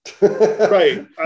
right